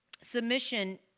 submission